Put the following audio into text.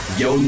yo